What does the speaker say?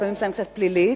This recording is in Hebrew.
לפעמים סנקציה פלילית,